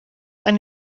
han